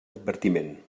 advertiment